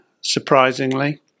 surprisingly